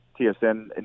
TSN